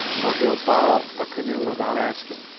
or he'll borrow a canoe without asking.